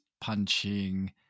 punching